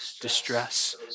distress